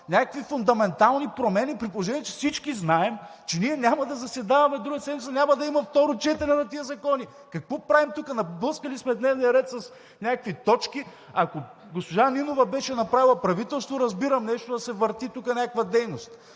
някакви фундаментални промени, при положение че всички знаем, че ние няма да заседаваме другата седмица и няма да има второ четене на тези закони! Какво правим тук?! Наблъскали сме дневния ред с някакви точки. Ако госпожа Нинова беше направила правителство, разбирам да се върти тук някаква дейност,